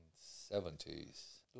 seventies